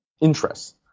interests